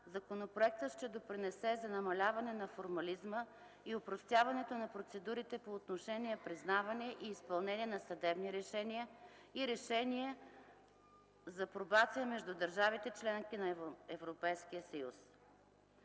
законопроектът ще допринесе за намаляването на формализма и опростяването на процедурите по взаимно признаване и изпълнение на съдебни решения и решения за пробация между държавите-членки на ЕС.